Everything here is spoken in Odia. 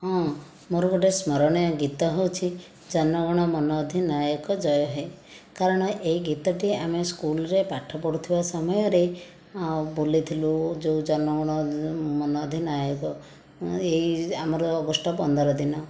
ହଁ ମୋର ଗୋଟିଏ ସ୍ମରଣୀୟ ଗୀତ ହେଉଛି ଜଣ ଗଣ ମଣ ଅଧିନାୟକ ଜୟ ହେ କାରଣ ଏହି ଗୀତଟି ଆମେ ସ୍କୁଲରେ ପାଠ ପଢ଼ୁଥିବା ସମୟର ଆଉ ବୋଲିଥିଲୁ ଯେଉଁ ଜନ ଗଣ ମନ ଅଧିନାୟକ ଏହି ଆମର ଅଗଷ୍ଟ ପନ୍ଦର ଦିନ